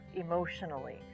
emotionally